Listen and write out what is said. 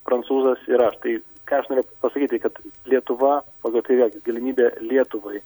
prancūzas ir aš tai ką aš noriau pasakyt tai kad lietuva pagal tai vėl galimybė lietuvai